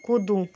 कुदू